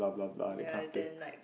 ye then like